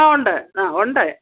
ആ ഉണ്ട് ആ ഉണ്ട്